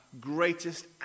greatest